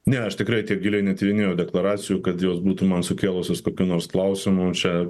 ne aš tikrai tiek giliai netyrinėjau deklaracijų kad jos būtų man sukėlusios kokių nors klausimų čia